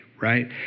right